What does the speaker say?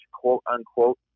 quote-unquote